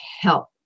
help